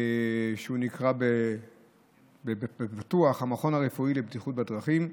שנקרא המכון הרפואי לבטיחות בדרכים.